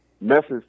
message